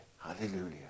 Hallelujah